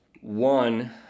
one